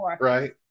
Right